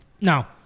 Now